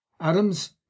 Adams